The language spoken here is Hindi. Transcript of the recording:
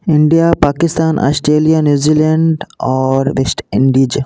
India Pakistan Australia New Zealand और वेस्ट इंडीज